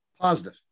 Positive